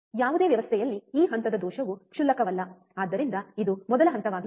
ಯಾವುದೇ ವ್ಯವಸ್ಥೆಯಲ್ಲಿ ಈ ಹಂತದ ದೋಷವು ಕ್ಷುಲ್ಲಕವಲ್ಲ ಆದ್ದರಿಂದ ಇದು ಮೊದಲ ಹಂತವಾಗಿದೆ